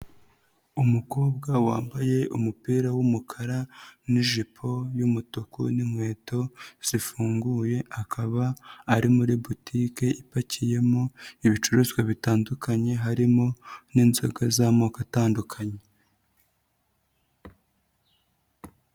Umukobwa wambaye umupira w'umukara n'ijipo y'umutuku n'inkweto zifunguye akaba ari muri butike ipakiyemo ibicuruzwa bitandukanye harimo n'inzoga z'amoko atandukanye.